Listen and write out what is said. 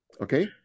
Okay